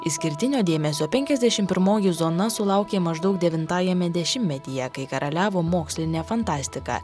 išskirtinio dėmesio penkiasdešim pirmoji zona sulaukė maždaug devintajame dešimtmetyje kai karaliavo mokslinė fantastika